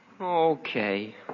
Okay